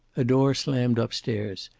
a door slammed up-stairs,